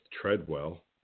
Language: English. Treadwell